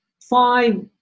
five